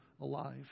alive